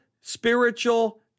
spiritual